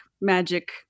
magic